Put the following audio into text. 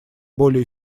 более